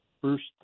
first